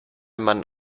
man